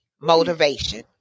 Motivation